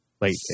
late